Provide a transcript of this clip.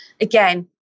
again